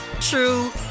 true